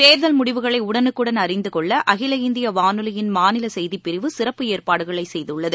தேர்தல் முடிவுகளை உடனுக்குடன் அறிந்து கொள்ள அகில இந்திய வானொலியின் மாநில செய்திப்பிரிவு சிறப்பு ஏற்பாடுகளை செய்துள்ளது